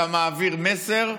אתה מעביר מסר,